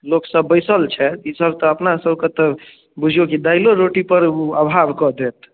लोक सभ बैसल छथि ई सभ तऽ अपना सभकऽ तऽ बुझिऔ कि दालिओ रोटी पर अभाव कऽ देत